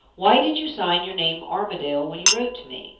why did you sign your name armadale when you wrote to me?